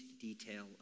detail